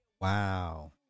Wow